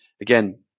again